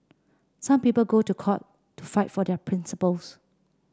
some people go to court to fight for their principles